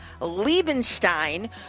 Liebenstein